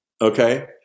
Okay